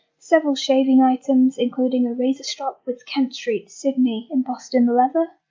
several shaving items, including a razor strop with kent st, sydney embossed in the leather,